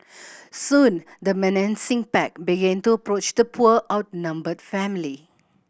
soon the menacing pack began to approach the poor outnumbered family